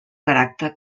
caràcter